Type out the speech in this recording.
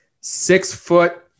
Six-foot